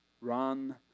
Run